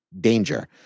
danger